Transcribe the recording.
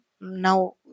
now